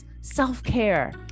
self-care